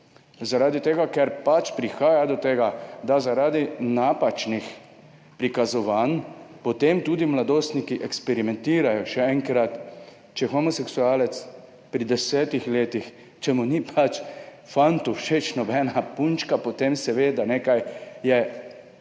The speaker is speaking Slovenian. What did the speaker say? Zaradi tega, ker pač prihaja do tega, da zaradi napačnih prikazovanj potem tudi mladostniki eksperimentirajo, še enkrat, če je homoseksualec pri desetih letih, če pač fantu ni všeč nobena punčka, potem je seveda nekaj drugače,